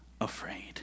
afraid